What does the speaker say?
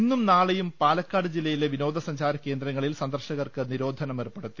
ഇന്നും നാളെയും പാലക്കാട് ജില്ലയിലെ വിനോദസഞ്ചാര കേന്ദ്രങ്ങളിൽ സന്ദർശകർക്ക് നിരോധനം ഏർപ്പെടുത്തി